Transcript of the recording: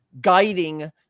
guiding